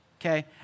okay